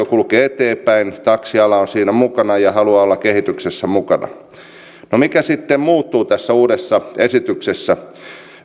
kulkee eteenpäin ja taksiala on siinä mukana ja haluaa olla kehityksessä mukana no mikä sitten muuttuu tässä uudessa esityksessä